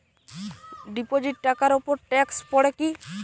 Deposit টাকার উপর tax পড়ে কি?